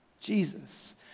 Jesus